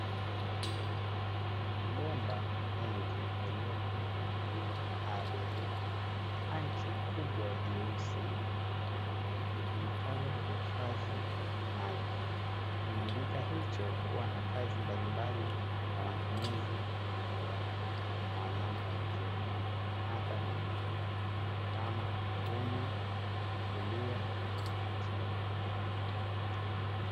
Mabomba mengi yaliyopita juu ya ardhi, tenki kubwa jeusi litumikalo kuhifadhi maji, kimiminika hicho huwa na kazi mbalimbali kwa matumizi ya binadamu na wanyama wengine, na hata mimea kama kunywa, kufulia na kupikia.